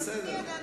מי יודע?